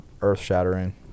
earth-shattering